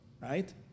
right